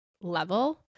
level